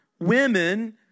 women